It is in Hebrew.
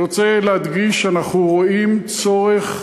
אני מדגיש שאנחנו רואים צורך